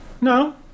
No